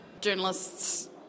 Journalists